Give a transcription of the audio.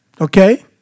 okay